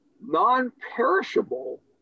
non-perishable